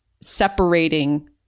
separating